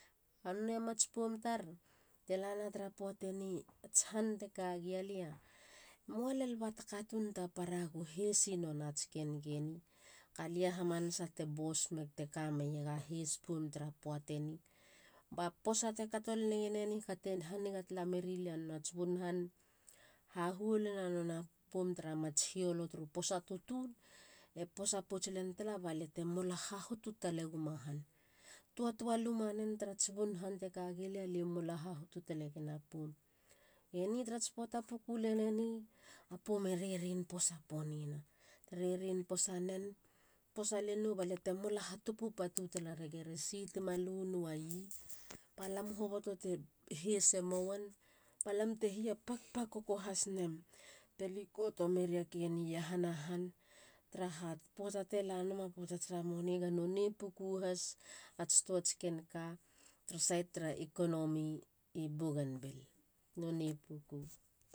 Nonei a mats poum tar telana tara puateni ats han teka gialia mualen ba ta katun ta para go heisi nonats ken keni galia hamanasa te boss meg teka meg a heis poum tara puateni ba posa te kato leneien eni. ka te haniga tala merilia nonats bun han. hahuolina nona poum tara mats hiolo turuposa tutun e posapouts len tala balia te mola hahotu taleguma han. tuatua lumanen tarats bun han teka gilia le mola hahotu talegen a poum. Eni tarats poata puku len eni a poum e rerin posa ponina. te rerin posa nen. posalel nou balia te mola ha tupu patu talareg eresi ti malu nuai ba lam hoboto te heise mouen ba lam te hia pakpakoko has nem te likoto meria ke ni iahana han taraha poata telanama puata tara moni ga nonei puku has ats tuats kenka tara sait tara econommy i bougainville. nonei puku